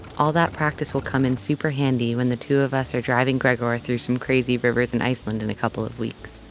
all that practice will come in super handy when the two of us are driving gregor through some crazy rivers in iceland in a couple of weeks.